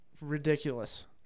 ridiculous